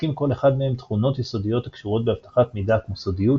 המספקים כל אחד מהם תכונות יסודיות הקשורות באבטחת מידע כמו סודיות,